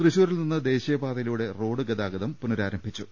തൃശൂരിൽ നിന്ന് ദേശീയ പാതയിലൂടെ റോഡ് ഗതാഗതം പുന രാരംഭിച്ചു